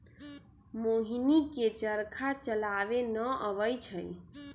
मोहिनी के चरखा चलावे न अबई छई